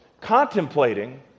contemplating